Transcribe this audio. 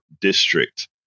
district